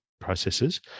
processes